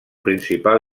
principal